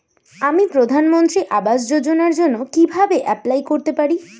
আমি প্রধানমন্ত্রী আবাস যোজনার জন্য কিভাবে এপ্লাই করতে পারি?